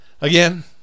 again